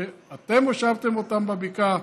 שאתם הושבתם אותם בבקעה